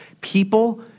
people